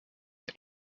und